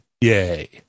yay